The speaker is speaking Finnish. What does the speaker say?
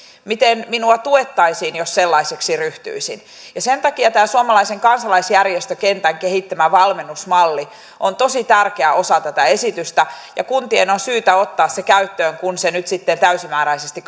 miten minua tuettaisiin jos sellaiseksi ryhtyisin sen takia tämä suomalaisen kansalaisjärjestökentän kehittämä valmennusmalli on tosi tärkeä osa tätä esitystä ja kuntien on syytä ottaa se käyttöön kun se nyt sitten täysimääräisesti